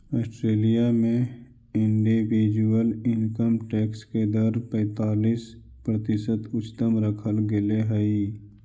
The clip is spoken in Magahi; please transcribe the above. ऑस्ट्रेलिया में इंडिविजुअल इनकम टैक्स के दर पैंतालीस प्रतिशत उच्चतम रखल गेले हई